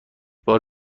بار